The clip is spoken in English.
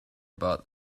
about